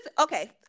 Okay